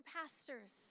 pastors